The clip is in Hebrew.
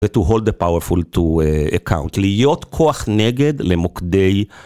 To hold the powerful to account. להיות כוח נגד למוקדי.